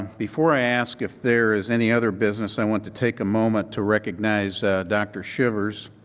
before i ask if there's any other business, i want to take a moment to recognize doctor shivers.